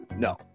No